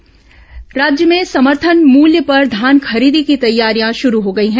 धान खरीदी बारदाना राज्य में समर्थन मूल्य पर धान खरीदी की तैयारियां शुरू हो गई हैं